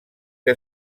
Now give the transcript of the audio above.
que